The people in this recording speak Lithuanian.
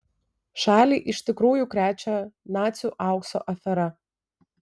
šalį iš tikrųjų krečia nacių aukso afera